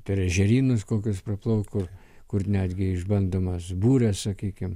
per ežerynus kokius praplaukt kur kur netgi išbandomas būrio sakykim